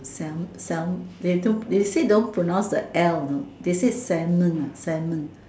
Salm~ Salm~ they don't they say don't pronounce the L you know they say Salmon ah Salmon